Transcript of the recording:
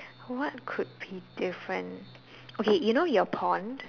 what could be different okay you know your pond